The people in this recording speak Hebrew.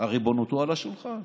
הריבונות הוא על השולחן.